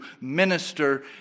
minister